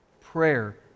prayer